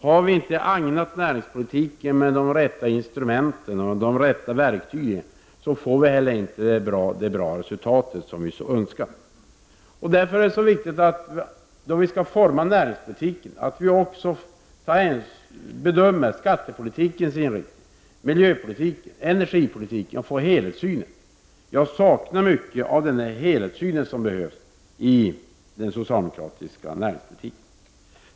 Om vi inte har agnat näringspolitiken med de rätta instrumenten och de rätta verktygen får vi inte heller ett sådant bra resultat som vi önskar. Därför är det viktigt att vi, när vi skall forma näringspolitiken, bedömer skattepolitikens, miljöpolitikens och energipolitikens inriktning för att få en helhetssyn. Jag saknar mycket av den helhetssyn som behövs i den socialdemokratiska näringspolitiken.